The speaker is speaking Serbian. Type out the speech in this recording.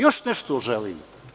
Još nešto želim.